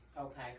Okay